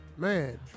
Man